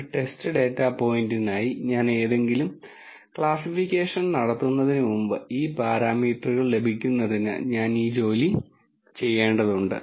ഒരു test data പോയിന്റിനായി ഞാൻ ഏതെങ്കിലും ക്ലാസ്സിഫിക്കേഷൻ നടത്തുന്നതിന് മുമ്പ് ഈ പാരാമീറ്ററുകൾ ലഭിക്കുന്നതിന് ഞാൻ ഈ ജോലി ചെയ്യേണ്ടതുണ്ട്